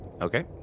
Okay